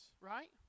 right